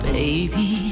Baby